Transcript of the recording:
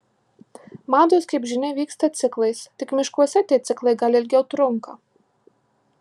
mados kaip žinia vyksta ciklais tik miškuose tie ciklai gal ilgiau trunka